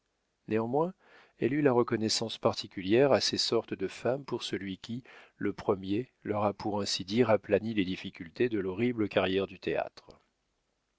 néanmoins elle eut la reconnaissance particulière à ces sortes de femmes pour celui qui le premier leur a pour ainsi dire aplani les difficultés de l'horrible carrière du théâtre